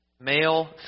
Male